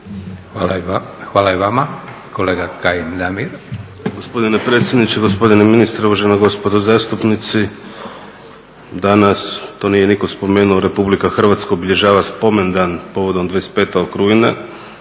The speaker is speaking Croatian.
**Kajin, Damir (ID - DI)** Gospodine predsjedniče, gospodine ministre, uvažena gospodo zastupnici. Danas to nije nitko spomenuo, Republika Hrvatska obilježava spomen dan povodom 25. rujna,